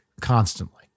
constantly